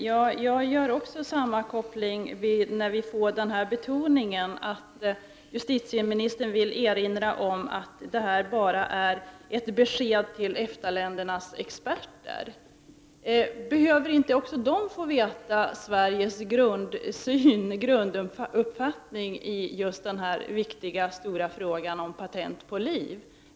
Herr talman! Även jag gör denna koppling när justitiministern betonar att hon vill erinra om att detta är ett besked bara till EFTA-ländernas experter. Behöver inte de få veta Sveriges grunduppfattning i just denna viktiga fråga om patent på liv?